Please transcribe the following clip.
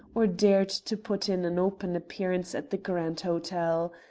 or dared to put in an open appearance at the grand hotel.